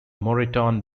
moreton